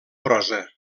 prosa